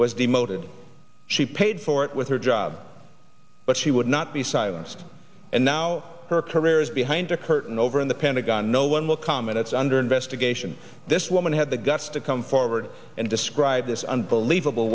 was demoted she paid for it with her job but she would not be silenced and now her career is behind a curtain over in the pentagon no one will comment it's under investigation this woman had the guts to come forward and describe this unbelievable